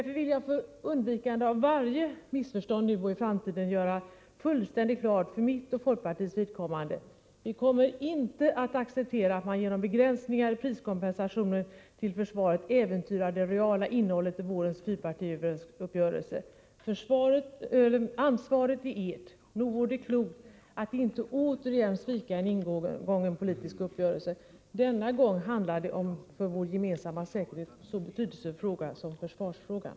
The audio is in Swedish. För undvikande av varje missförstånd, nu och i framtiden, vill jag för mitt och folkpartiets vidkommande göra fullständigt klart: Vi kommer inte att acceptera att man genom begränsningar i priskompensationen till försvaret äventyrar det reala innehållet i vårens fyrpartiuppgörelse. Ansvaret är ert! Nog vore det klokt att inte återigen svika en ingången politisk uppgörelse. Denna gång handlar det om den för vår gemensamma säkerhet så betydelsefulla försvarsfrågan.